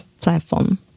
platform